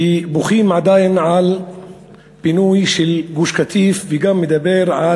שבוכה עדיין על פינוי גוש-קטיף וגם מדבר על